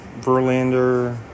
Verlander